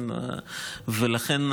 ולכן,